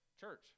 Church